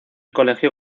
colegio